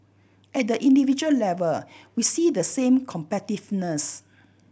at the individual level we see the same competitiveness